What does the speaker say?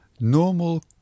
Normal